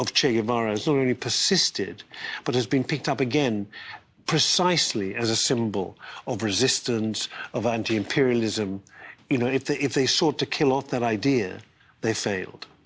but has been picked up again precisely as a symbol of resistance of anti imperialism you know if the if they sought to kill off that idea they failed